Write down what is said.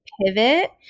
pivot